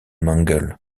mangles